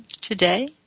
today